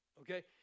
okay